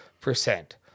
percent